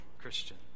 Christian